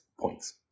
points